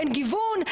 אין גיוון,